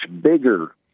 bigger